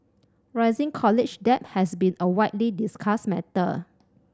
rising college debt has been a widely discussed matter